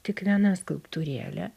tik viena skulptūrėlė